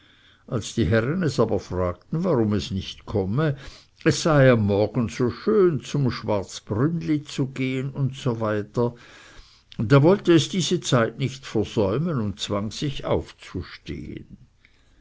als die herren es aber fragten warum es nicht komme es sei am morgen so schön zum schwarzbrünnli zu gehen usw da wollte es diese zeit versäumen und zwang sich aufzustehen